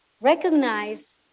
recognize